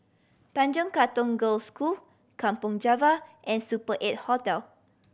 Tanjong Katong Girls' School Kampong Java and Super Eight Hotel